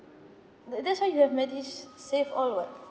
that that's why you have MediSave all [what]